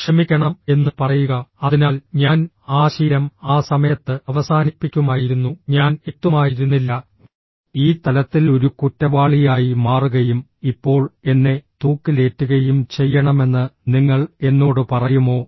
ക്ഷമിക്കണം എന്ന് പറയുക അതിനാൽ ഞാൻ ആ ശീലം ആ സമയത്ത് അവസാനിപ്പിക്കുമായിരുന്നു ഞാൻ എത്തുമായിരുന്നില്ല ഈ തലത്തിൽ ഒരു കുറ്റവാളിയായി മാറുകയും ഇപ്പോൾ എന്നെ തൂക്കിലേറ്റുകയും ചെയ്യണമെന്ന് നിങ്ങൾ എന്നോട് പറയുമോ